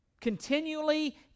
Continually